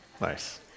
Nice